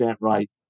right